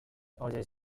orders